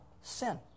sin